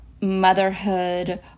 motherhood